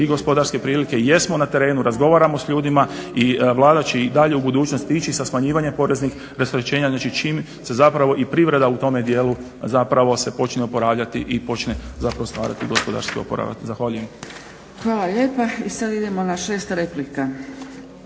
i gospodarske prilike, jesmo na terenu, razgovaramo s ljudima i Vlada će i dalje u budućnosti ići sa smanjivanjem poreznih rasterećenja čim se zapravo i privreda u tome dijelu zapravo se počne oporavljati i počne stvarati gospodarski oporavak. Zahvaljujem. **Zgrebec, Dragica (SDP)** Hvala